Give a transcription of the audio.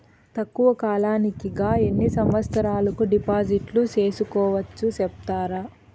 తక్కువ కాలానికి గా ఎన్ని సంవత్సరాల కు డిపాజిట్లు సేసుకోవచ్చు సెప్తారా